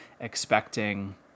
expecting